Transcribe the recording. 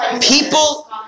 People